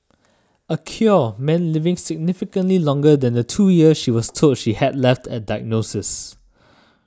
a cure meant living significantly longer than the two years she was told she had left at diagnosis